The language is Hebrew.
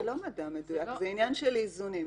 זה לא מדע מדויק, זה עניין של איזונים.